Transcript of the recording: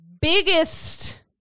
biggest